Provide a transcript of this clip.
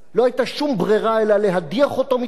לא היתה שום ברירה אלא להדיח אותו מתפקידו.